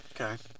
Okay